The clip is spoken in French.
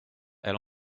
elle